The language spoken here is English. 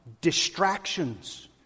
distractions